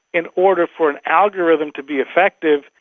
in order for an algorithm to be effective,